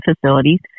facilities